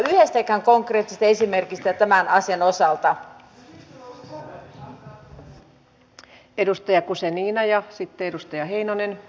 minä en ole ainakaan saanut kuulla yhdestäkään konkreettisesta esimerkistä tämän asian osalta